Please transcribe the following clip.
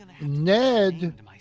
Ned